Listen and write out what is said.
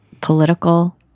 political